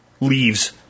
leaves